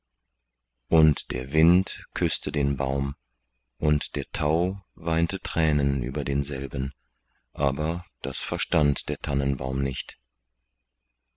und der wind küßte den baum und der tau weinte thränen über denselben aber das verstand der tannenbaum nicht